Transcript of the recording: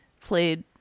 Played